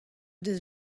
deus